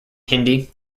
hindi